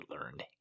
learned